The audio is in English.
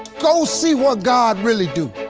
go see what god really do.